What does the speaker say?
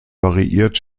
variiert